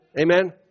Amen